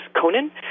Conan